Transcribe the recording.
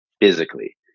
physically